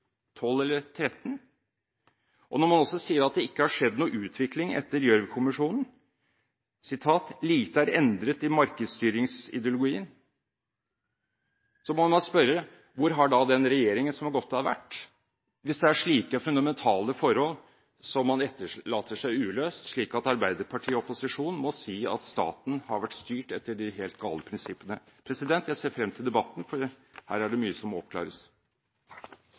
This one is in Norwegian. eller 2013? Når man sier at det ikke har skjedd noen utvikling etter Gjørv-kommisjonen, og at «lite er endret i markedsstyringsideologien», må jeg spørre: Hvor har da den regjeringen som har gått av, vært, hvis det er slike fundamentale forhold man etterlater seg uløst, slik at Arbeiderpartiet i opposisjon må si at staten har vært styrt etter de helt gale prinsippene. Jeg ser frem til debatten, for her er det mye som må oppklares.